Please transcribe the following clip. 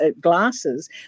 glasses